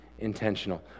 intentional